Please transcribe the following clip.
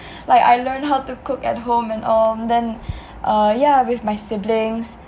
like I learnt how to cook at home and all then uh yeah with my siblings